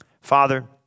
Father